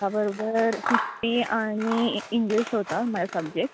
त्याबरोबर हिस्ट्री आणि इंग्लिश होता माझा सब्जेक्ट